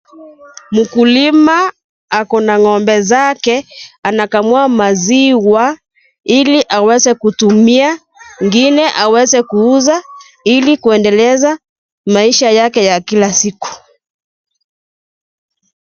Mkulima, ako na ng'ombe zake, anakamua maziwa ili aweze kutumia, ingine aweze kuuza, ili kuendeleza maisha yake ya kila siku.